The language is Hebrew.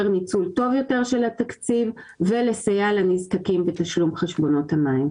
ניצול טוב יותר של התקציב ולסייע לנזקקים בתשלום חשבונות המים.